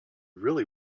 really